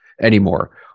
anymore